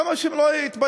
למה שהם לא יתביישו?